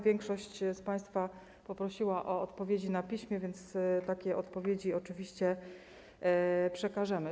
Większość z państwa poprosiła o odpowiedzi na piśmie, więc takie odpowiedzi oczywiście przekażemy.